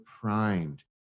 primed